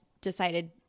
decided